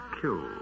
killed